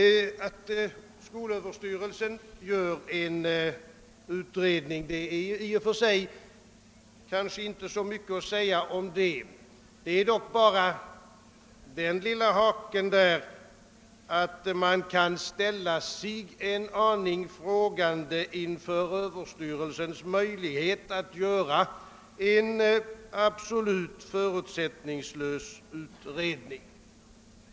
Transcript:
Att skolöverstyrelsen gör en utredning är det kanske i och för sig inte så mycket att säga om. Det finns bara den lilla haken, att man kan ställa sig en aning frågande inför överstyrelsens möjlighet att göra en absolut förutsättningslös utredning.